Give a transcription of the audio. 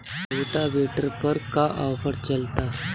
Rotavator पर का offer चलता?